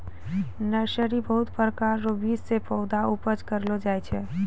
nursery बहुत प्रकार रो बीज से पौधा उपज करलो जाय छै